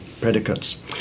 predicates